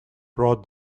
prod